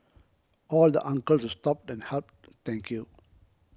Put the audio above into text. all the uncles who stopped and helped thank you